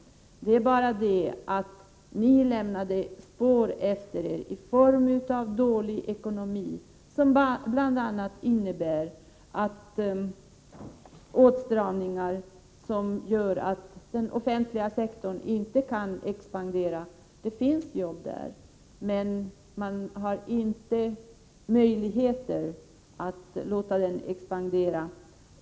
Men ni lämnade spår efter er i form av dålig ekonomi, vilket bl.a. innebär åtstramningar som gör att den offentliga sektorn inte kan expandera, trots att det finns jobb där.